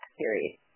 series